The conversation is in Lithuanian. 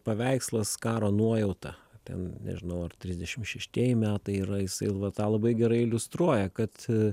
paveikslas karo nuojauta ten nežinau ar trisdešim šeštieji metai yra jisai ir va tą labai gerai iliustruoja kad